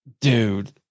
Dude